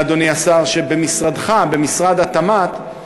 אדוני השר, שמשרדך, משרד התמ"ת,